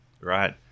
Right